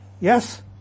Yes